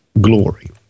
glory